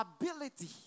ability